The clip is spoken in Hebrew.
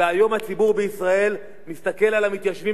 והיום הציבור בישראל מסתכל על המתיישבים